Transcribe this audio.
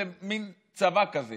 זה מין צבא כזה